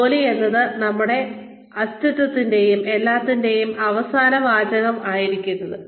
ജോലി എന്നത് നമ്മുടെ അസ്തിത്വത്തിന്റെയും എല്ലാത്തിന്റെയും അവസാന വാചകം ആയിരിക്കരുത്